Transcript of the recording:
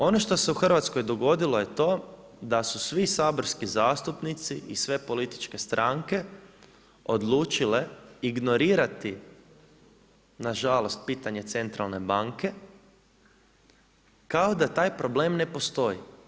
Ono što se u Hrvatskoj dogodilo je to da su svi saborski zastupnici i sve političke stranke odlučile ignorirati, nažalost, pitanje centralne banke, kao da taj problem ne postoji.